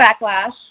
backlash